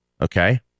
Okay